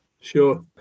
Sure